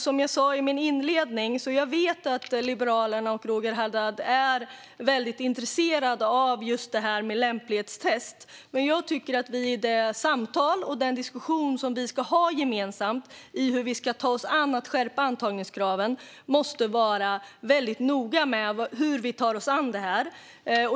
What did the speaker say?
Som jag sa i min inledning vet jag att Liberalerna och Roger Haddad är mycket intresserade av det här med lämplighetstest, men jag tycker att vi i det samtal och i den diskussion som vi ska ha gemensamt när det gäller hur vi ska ta oss an en skärpning av antagningskraven måste vara noga.